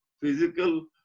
physical